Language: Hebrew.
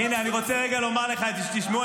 הינה, אני רוצה רגע לומר לך את זה כדי שתשמעו.